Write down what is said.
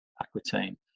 Aquitaine